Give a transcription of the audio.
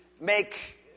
make